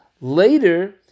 Later